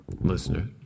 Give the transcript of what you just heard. listener